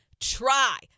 try